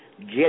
get